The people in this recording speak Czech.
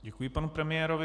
Děkuji panu premiérovi.